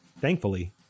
Thankfully